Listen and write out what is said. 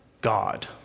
God